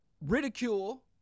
ridicule